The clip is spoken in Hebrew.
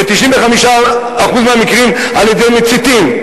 ב-95% מהמקרים על-ידי מציתים,